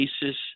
basis